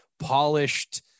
polished